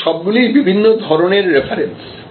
এই সবগুলোই বিভিন্ন ধরনের রেফারেন্স